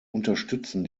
unterstützen